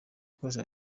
gukoresha